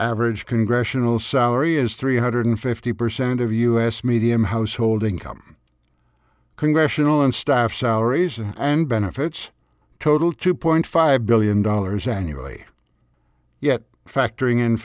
average congressional salary is three hundred fifty percent of us medium household income congressional and staff salaries and benefits total two point five billion dollars annually yet factoring in